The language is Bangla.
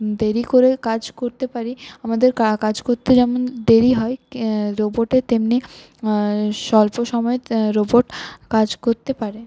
দেরি করে কাজ করতে পারি আমাদের কা কাজ করতে যেমন দেরি হয় রোবটের তেমনি স্বল্প সময়ে রোবট কাজ করতে পারে